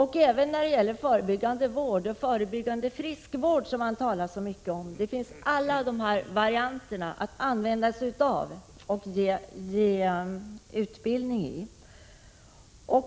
Det gäller även förebyggande friskvård, som man talar så mycket om. Alla dessa varianter kan man använda sig av och ge utbildning i.